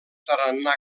tarannà